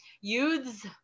Youths